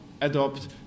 adopt